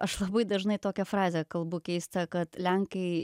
aš labai dažnai tokią frazę kalbu keista kad lenkai